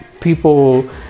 people